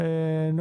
לנו.